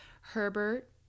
Herbert